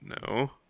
No